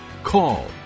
call